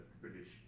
British